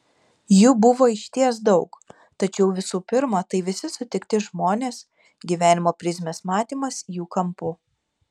jų buvo išties daug tačiau visų pirma tai visi sutikti žmonės gyvenimo prizmės matymas jų kampu